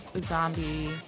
zombie